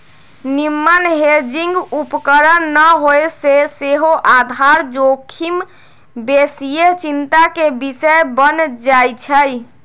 निम्मन हेजिंग उपकरण न होय से सेहो आधार जोखिम बेशीये चिंता के विषय बन जाइ छइ